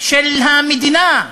של המדינה,